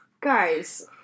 Guys